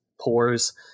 pores